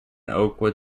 oakwood